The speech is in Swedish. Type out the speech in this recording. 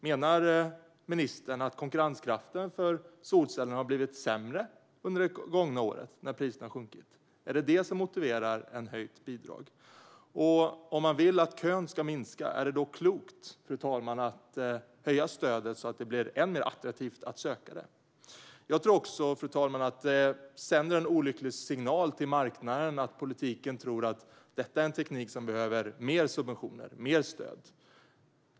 Menar ministern att konkurrenskraften för solceller har blivit sämre under det gångna året, när priserna har sjunkit? Är det detta som motiverar ett höjt bidrag? Om man vill att kön ska minska, är det då klokt att höja stödet så att det blir ännu mer attraktivt att söka det? Jag tror att det sänder en olycklig signal till marknaden att politiken tror att detta är en teknik som behöver mer subventioner och stöd.